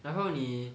然后你